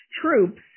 troops